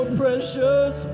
precious